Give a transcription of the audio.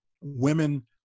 women